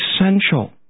essential